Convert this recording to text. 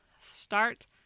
start